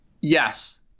yes